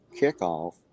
kickoff